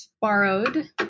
borrowed